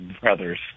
brothers